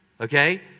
okay